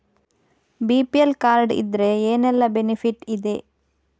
BPL card ಇದ್ರೆ ಏನೆಲ್ಲ benefit ಇದೆ?